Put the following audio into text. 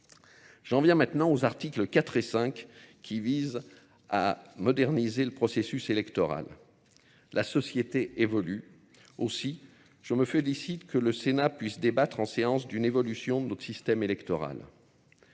J'en viens maintenant aux articles 4 et 5 qui visent à moderniser le processus électoral. La société évolue. Aussi, je me félicite que le Sénat puisse débattre en séance d'une évolution de notre système électoral.